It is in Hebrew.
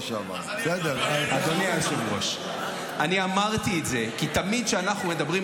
--- אי-אפשר, אתם לא נותנים לי לדבר.